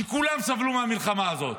שכולם סבלו מהמלחמה הזאת.